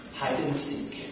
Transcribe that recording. hide-and-seek